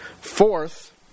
Fourth